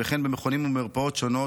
וכן במכונים ומרפאות שונות,